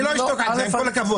אני לא אשתוק על זה, עם כל הכבוד.